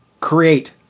create